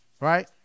Right